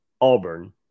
Auburn